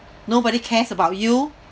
nobody cares about you